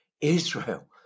Israel